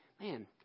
man